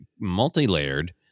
multi-layered